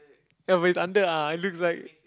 ya but it's under ah it looks like